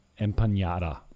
empanada